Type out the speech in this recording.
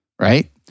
Right